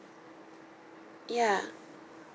ya